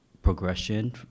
progression